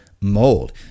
mold